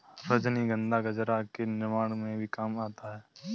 रजनीगंधा गजरा के निर्माण में भी काम आता है